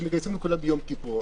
שמגייסים את כולם כמו ביום כיפור.